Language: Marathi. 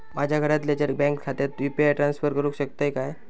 माझ्या घरातल्याच्या बँक खात्यात यू.पी.आय ट्रान्स्फर करुक शकतय काय?